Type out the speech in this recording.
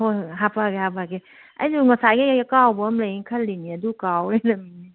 ꯍꯣꯏ ꯍꯣꯏ ꯍꯥꯄꯛꯑꯒꯦ ꯍꯥꯄꯛꯑꯒꯦ ꯑꯩꯁꯨ ꯉꯁꯥꯏꯈꯩ ꯑꯩ ꯑꯀꯥꯎꯕ ꯑꯃ ꯂꯩ ꯈꯜꯂꯤꯅꯦ ꯑꯗꯨ ꯀꯥꯎ ꯂꯩꯔꯝꯃꯤꯅꯦ